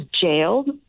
jailed